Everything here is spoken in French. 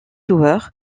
joueurs